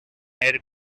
air